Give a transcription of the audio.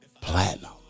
platinum